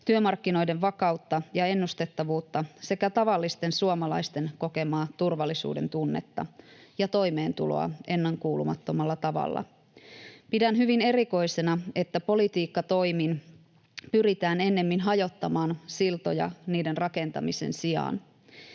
työmarkkinoiden vakautta ja ennustettavuutta sekä tavallisten suomalaisten kokemaa turvallisuudentunnetta ja toimeentuloa ennenkuulumattomalla tavalla. Pidän hyvin erikoisena, että politiikkatoimin pyritään ennemmin hajottamaan siltoja niiden rakentamisen sijaan.